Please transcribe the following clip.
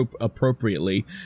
Appropriately